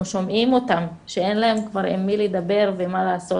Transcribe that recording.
שומעים אותם שאין להם עם מי לדבר ומה לעשות,